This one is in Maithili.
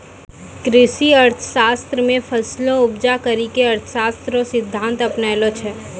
कृषि अर्थशास्त्र मे फसलो उपजा करी के अर्थशास्त्र रो सिद्धान्त अपनैलो छै